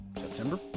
September